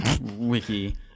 wiki